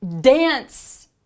Dance